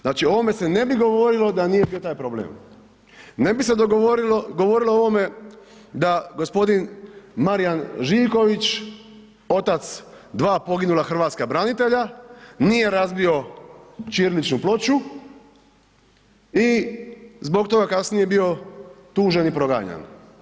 Znači o ovome se ne bi govorilo da nije bio taj problem, ne bi se govorilo o ovome da g. Marija Žiljković, otac dva poginula hrvatska branitelja nije razbio ćiriličnu ploču i zbog toga kasnije bio tužen i proganjan.